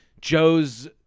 joe's